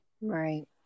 right